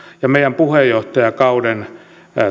ja meidän puheenjohtajakauden